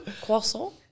Croissant